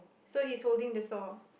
so he's holding the saw